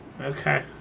Okay